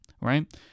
right